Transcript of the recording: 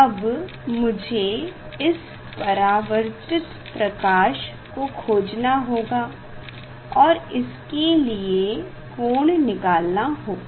अब मुझे इस परावर्तित प्रकाश को खोजना होगा और उसके लिए कोण निकालना होगा